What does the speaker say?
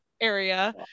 area